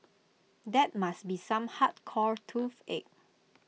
that must be some hardcore toothache